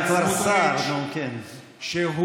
אתה מדבר עכשיו על עבירות ועל הדברים הלא-יפים.